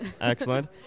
Excellent